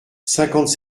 cinquante